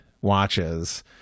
watches